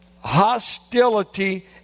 hostility